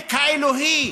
הצדק האלוהי